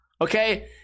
okay